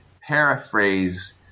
paraphrase